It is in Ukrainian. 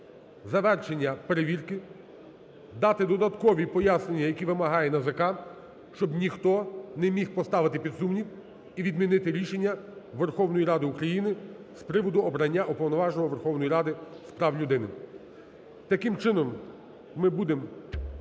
завершення перевірки, дати додаткові пояснення, які вимагає НАЗК, щоб ніхто не міг поставити під сумнів і відмінити рішення Верховної Ради України з приводу обрання Уповноваженого Верховної Ради з прав людини. Таким чином ми будем…